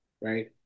right